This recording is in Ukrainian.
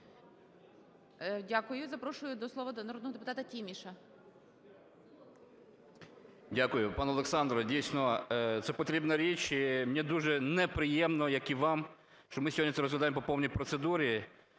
Дякую. Запрошую до слова народного депутата Тіміша. 16:14:07 ТІМІШ Г.І. Дякую. Пан Олександр, дійсно, це потрібна річ, і мені дуже не приємно, як і вам, що ми сьогодні це розглядаємо по повній процедурі.